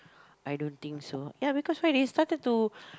I don't think so ya because why they started to